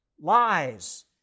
lies